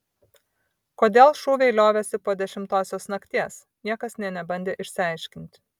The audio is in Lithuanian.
kodėl šūviai liovėsi po dešimtosios nakties niekas nė nebandė išsiaiškinti